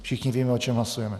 Všichni víme, o čem hlasujeme.